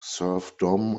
serfdom